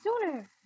sooner